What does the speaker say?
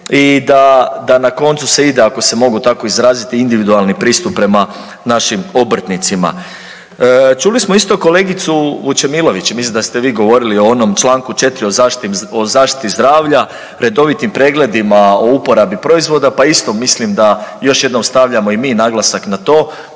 i da na koncu se ide ako se mogu tako izraziti, individualni pristup prema našim obrtnicima. Čuli smo isto kolegicu Vučemilović, mislim da ste vi govorili o onom čl. 4. o zaštiti zdravlja, redovitim pregledima o uporabi proizvoda, pa isto mislim da još jednom stavljamo i mi naglasak na to